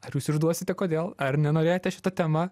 ar jūs išduosite kodėl ar nenorėjote šita tema